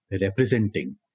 representing